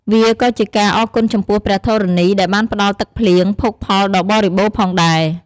វាក៏ជាការអរគុណចំពោះព្រះធរណី ដែលបានផ្ដល់ទឹកភ្លៀង ភោគផលដ៏បរិបូរណ៍ផងដែរ។